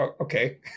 Okay